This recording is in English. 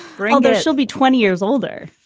bring that. she'll be twenty years older.